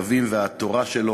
הכתבים והתורה שלו